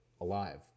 alive